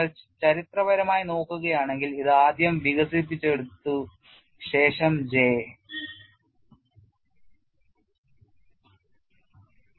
നിങ്ങൾ ചരിത്രപരമായി നോക്കുകയാണെങ്കിൽ ഇത് ആദ്യം വികസിപ്പിച്ചെടുത്തു ശേഷം J യും